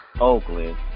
Oakland